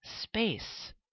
space